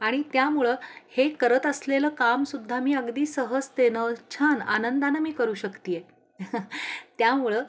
आणि त्यामुळं हे करत असलेलं कामसुद्धा मी अगदी सहजतेनं छान आनंदानं मी करू शकते आहे त्यामुळं